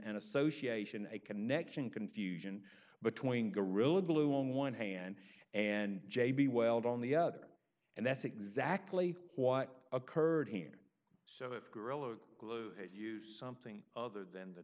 an association a connection confusion between gorilla glue on one hand and j b weld on the other and that's exactly what occurred here so if gorilla glue it use something other than the